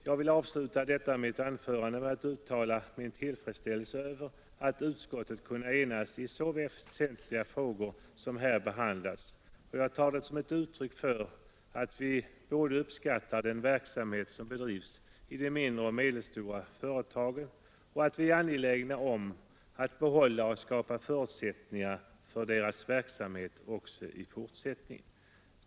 Jag vill avsluta detta mitt anförande med att uttala min tillfredsställelse över att utskottet kunnat enas i så väsentliga frågor som här behandlats, och jag tar det som ett uttryck för att vi både uppskattar den verksamhet som bedrivs i de mindre och medelstora företagen och är angelägna om att behålla och skapa förutsättningar för deras verksamhet också i fortsättningen.